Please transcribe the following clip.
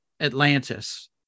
Atlantis